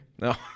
No